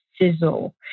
sizzle